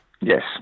Yes